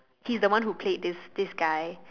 he's the one who played this this guy